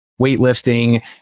weightlifting